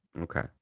Okay